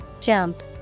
Jump